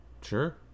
Sure